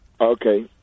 Okay